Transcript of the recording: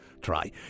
try